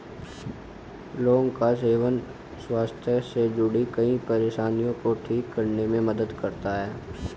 लौंग का सेवन स्वास्थ्य से जुड़ीं कई परेशानियों को ठीक करने में मदद करता है